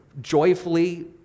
joyfully